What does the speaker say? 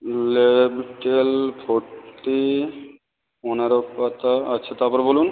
লেবটেল forty পনেরো পাতা আচ্ছা তারপর বলুন